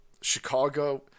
Chicago